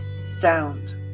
sound